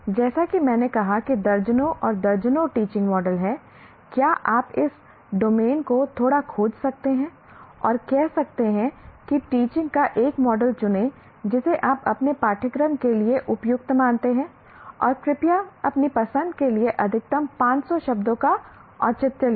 जैसा कि मैंने कहा कि दर्जनों और दर्जनों टीचिंग मॉडल हैं क्या आप इस डोमेन को थोड़ा खोज सकते हैं और कह सकते हैं कि टीचिंग का एक मॉडल चुनें जिसे आप अपने पाठ्यक्रम के लिए उपयुक्त मानते हैं और कृपया अपनी पसंद के लिए अधिकतम 500 शब्दों का औचित्य लिखें